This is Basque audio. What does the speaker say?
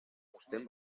uzten